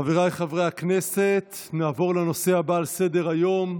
חבריי חברי הכנסת, נעבור לנושא הבא על סדר-היום,